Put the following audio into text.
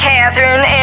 Catherine